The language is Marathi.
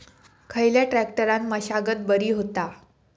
खयल्या ट्रॅक्टरान मशागत बरी होता?